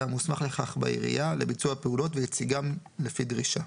המוסמך לכך בעירייה לביצוע הפעולות ויציגם לפי דרישה.